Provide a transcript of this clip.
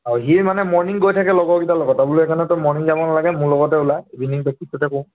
অঁ সিয়ে মানে মৰ্ণিং গৈ থাকে লগৰকেইটাৰ লগত মই বোলো সেইকাৰণে তই মৰ্ণিং যাব নালাগে মোৰ লগতে ওলা ইভিণিং প্ৰেকটিছকে কৰো